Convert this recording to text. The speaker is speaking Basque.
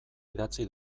idatzi